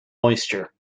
moisture